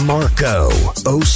Marco